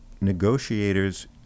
negotiators